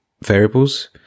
variables